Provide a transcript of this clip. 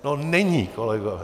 No není, kolegové.